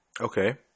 Okay